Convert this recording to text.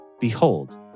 Behold